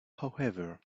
however